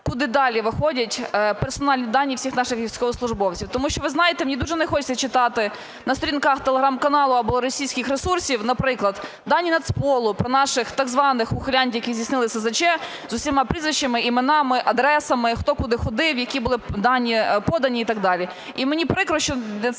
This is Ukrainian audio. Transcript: куди далі виходять персональні дані всіх наших військовослужбовців. Тому що, ви знаєте, мені дуже не хочеться читати на сторінках телеграм-каналу або російських ресурсів, наприклад, дані Нацполу про наших так званих ухилянтів, які здійснили СЗЧ, з усіма прізвищами, іменами, адресами, хто куди ходив, які були дані подані і так далі. І мені прикро, що